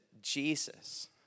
Jesus